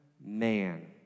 man